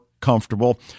comfortable